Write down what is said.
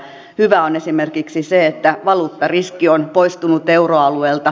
hyvää on esimerkiksi se että valuuttariski on poistunut euroalueelta